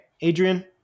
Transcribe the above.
adrian